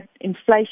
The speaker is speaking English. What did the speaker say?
inflation